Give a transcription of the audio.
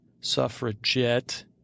Suffragette